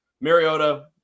Mariota